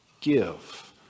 give